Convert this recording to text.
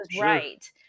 right